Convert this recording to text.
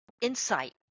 insight